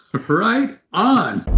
right on